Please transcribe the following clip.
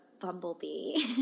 bumblebee